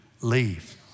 leave